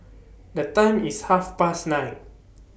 The Time IS Half Past nine